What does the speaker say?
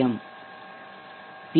M B